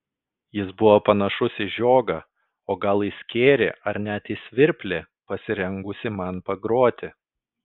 jis buvo panašus į žiogą o gal į skėrį ar net į svirplį pasirengusį man pagroti